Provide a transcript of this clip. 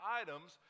items